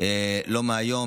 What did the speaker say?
לא מהיום,